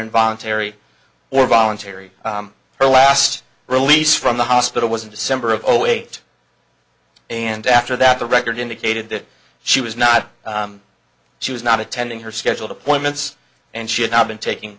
involuntary or voluntary her last release from the hospital was in december of zero eight and after that the record indicated that she was not she was not attending her scheduled appointments and she had not been taking